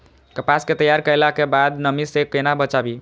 कपास के तैयार कैला कै बाद नमी से केना बचाबी?